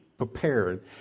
prepared